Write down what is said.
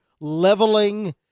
leveling